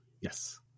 Yes